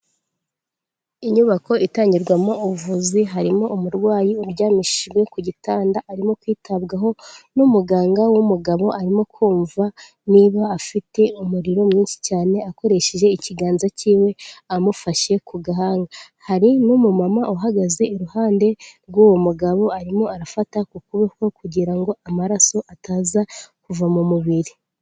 Inyubako itangirwamo ubuvuzi, harimo umurwayi uryamishijwe ku gitanda arimo kwitabwaho n'umuganga w'umugabo, arimo kumva niba afite umuriro mwinshi cyane akoresheje ikiganza cyiwe amufashe ku gahanga. Hari n'umumama uhagaze iruhande rw'uwo mugabo, arimo arafata ku kuboko kugira ngo amaraso ataza kuva mu mubiri.